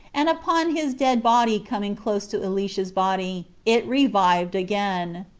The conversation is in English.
and upon his dead body coming close to elisha's body, it revived again.